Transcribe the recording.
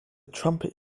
trumpet